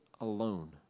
alone